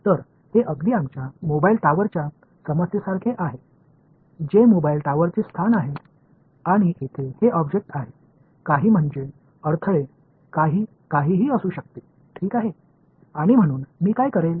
எனவே இது எங்கள் மொபைல் டவர் பிரச்சனை போன்றது J என்பது மொபைல் கோபுரத்தின் இருப்பிடம் மற்றும் இங்கே இந்த பொருள் உள்ளே சில தடைகள் எதுவும் இருக்கக்கூடும்